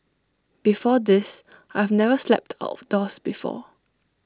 before this I've never slept outdoors before